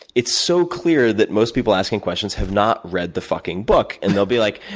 it's so clear that most people asking questions have not read the fucking book, and they'll be like,